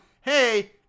hey